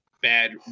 bad